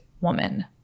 woman